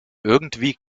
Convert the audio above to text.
irgendwie